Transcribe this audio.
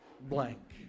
blank